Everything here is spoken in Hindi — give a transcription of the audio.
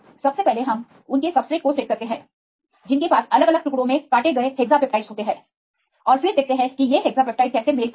सबसे पहले हम उन के सबसेट को सेट करते हैं जिनके पास अलग अलग टुकड़ों में काटे गए हेक्सपेप्टाइड्स होते हैं और फिर देखते हैं कि ये हेक्सपेप्टाइड्स कैसे मेल खाते हैं